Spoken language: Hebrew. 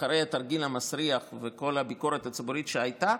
אחרי התרגיל המסריח וכל הביקורת הציבורית שהייתה,